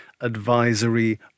advisory